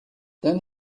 then